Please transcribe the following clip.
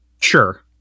Sure